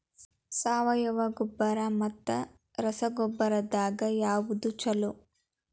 ಸಾವಯವ ಗೊಬ್ಬರ ಮತ್ತ ರಸಗೊಬ್ಬರದಾಗ ಯಾವದು ಛಲೋ?